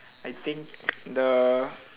I think the